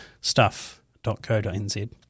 stuff.co.nz